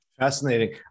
Fascinating